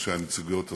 ראשי הנציגויות הזרות,